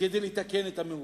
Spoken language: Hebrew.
כדי לתקן את המעוות.